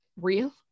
real